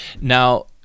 Now